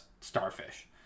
starfish